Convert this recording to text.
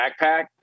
backpack